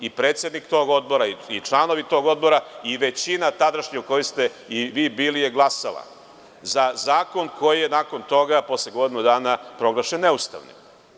I predsednik tog odbora i članovi tog odbora i tadašnja većina u kojoj ste vi bili je glasala za zakon koji je, nakon toga, posle godinu dana, proglašen neustavnim.